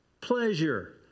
pleasure